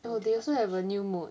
no they also have a new mood